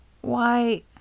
Why